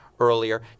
earlier